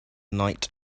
night